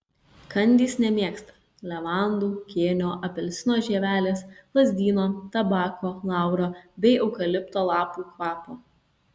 kandys nemėgsta levandų kėnio apelsino žievelės lazdyno tabako lauro bei eukalipto lapų kvapo